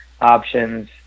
options